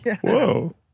Whoa